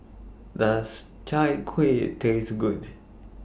Does Chai Kueh Taste Good